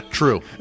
True